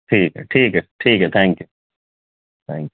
ٹھیک ہے ٹھیک ہے ٹھیک ہے تھینک یو ٹھینک یو